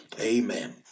Amen